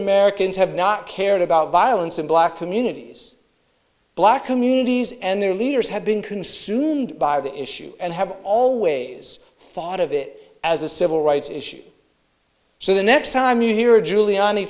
americans have not cared about violence in black communities black communities and their leaders have been consumed by the issue and have always thought of it as a civil rights issue so the next time you hear a giuliani